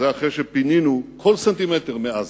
זה אחרי שפינינו כל סנטימטר מעזה.